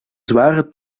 zware